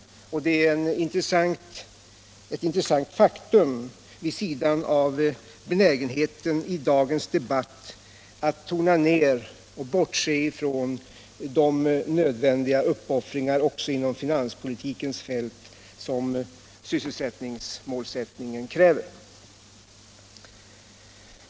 Det är ett intressant faktum vid sidan av benägenheten i dagens debatt att tona ner och bortse från de nödvändiga uppoffringar också inom finanspolitikens fält som målet för sysselsättningen kräver.